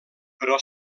però